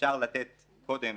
אפשר לתת קודם